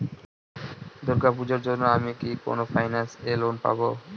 দূর্গা পূজোর জন্য আমি কি কোন ফাইন্যান্স এ লোন পাবো?